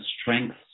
strengths